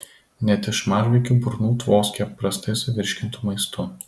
net iš mažvaikių burnų tvoskia prastai suvirškintu maistu